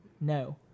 No